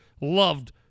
loved